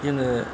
जोङो